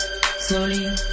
Slowly